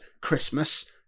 christmas